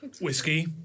Whiskey